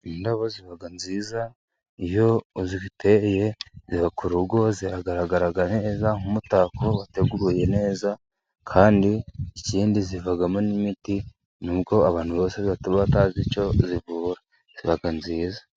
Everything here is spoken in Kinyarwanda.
Indabo ziba nziza iyo uziteye ziba ku rugo, zigaragara neza nk'umutako wateguye neza, kandi ikindi zivamo n'imiti nubwo abantu bose baba batazi icyo zivura, ziba nziza.